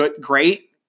great